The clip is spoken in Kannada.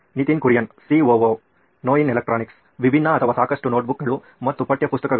ನಿತಿನ್ ಕುರಿಯನ್ ಸಿಒಒ ನೋಯಿನ್ ಎಲೆಕ್ಟ್ರಾನಿಕ್ಸ್ ವಿಭಿನ್ನ ಅಥವಾ ಸಾಕಷ್ಟು ನೋಟ್ಬುಕ್ಗಳು ಮತ್ತು ಪಠ್ಯಪುಸ್ತಕಗಳು